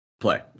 play